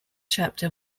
chapter